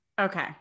Okay